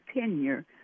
tenure